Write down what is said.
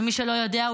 למי שלא יודע,